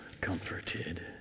comforted